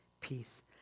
peace